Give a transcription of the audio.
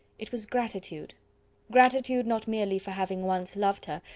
it was gratitude gratitude, not merely for having once loved her,